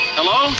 Hello